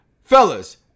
fellas